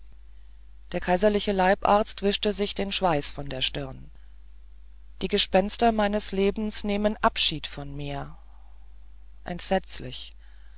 der kaiserliche leibarzt wischte sich den schweiß von der stirn die gespenster meines lebens nehmen abschied von mir entsetzlich